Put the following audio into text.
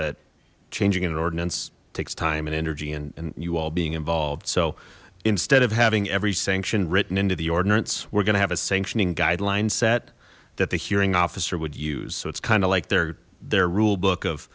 that changing in an ordinance takes time and energy and you all being involved so instead of having every sanction written into the ordinance we're gonna have a sanctioning guideline set that the hearing officer would use so it's kind of like their their rulebook of